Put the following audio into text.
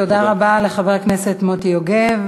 תודה רבה לחבר הכנסת מוטי יוגב.